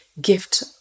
gift